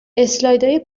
اسلایدهای